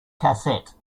cassette